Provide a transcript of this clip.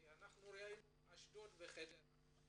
כי אנחנו ראינו באשדוד וחדרה,